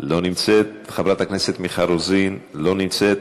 לא נמצאת, חברת הכנסת מיכל רוזין, לא נמצאת,